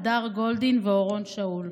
הדר גולדין ואורון שאול.